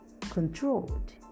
controlled